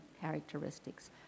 characteristics